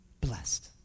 blessed